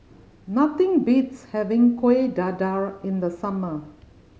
nothing beats having Kueh Dadar in the summer